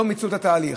לא מיצו את התהליך.